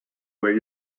where